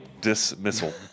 Dismissal